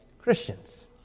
Christians